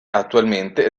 attualmente